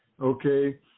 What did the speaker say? okay